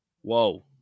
Whoa